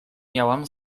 miałam